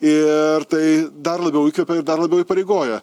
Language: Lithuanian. ir tai dar labiau įkvepia ir dar labiau įpareigoja